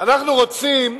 אנחנו רוצים,